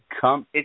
come